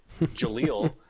Jaleel